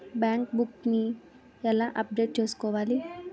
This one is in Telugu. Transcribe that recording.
బ్యాంక్ బుక్ నీ ఎలా అప్డేట్ చేసుకోవాలి?